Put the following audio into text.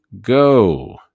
go